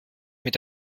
mit